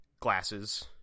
Glasses